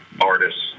artists